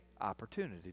opportunity